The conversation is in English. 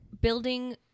building